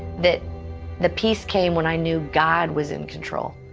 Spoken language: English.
that the piece came when i knew god was in control.